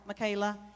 Michaela